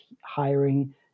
hiring